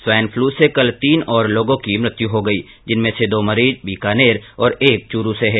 swine flu से कल तीन औश्र लोगों की मृत्यु हो गई जिनमें से दो मरीज बीकानेर और एक चुरू से है